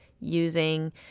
using